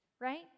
right